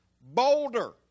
boulder